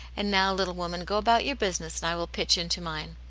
and now, little woman, go about your business, and i will pitch into mine.